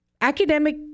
academic